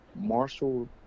Marshall